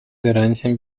гарантиям